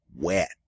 wet